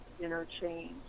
interchange